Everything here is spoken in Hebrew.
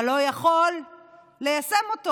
אתה לא יכול ליישם אותו,